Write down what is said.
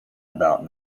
about